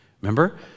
Remember